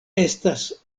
estas